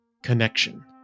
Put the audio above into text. connection